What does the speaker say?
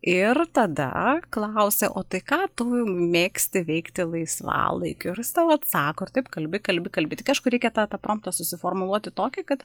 ir tada klausi o tai ką tu mėgsti veikti laisvalaikiu ir jis tau atsako ir taip kalbi kalbi kalbi tik aišku reikia tą promptą susiformuluoti tokį kad